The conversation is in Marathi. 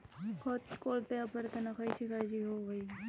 खत कोळपे वापरताना खयची काळजी घेऊक व्हयी?